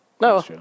No